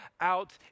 out